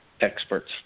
experts